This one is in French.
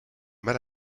mal